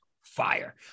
Fire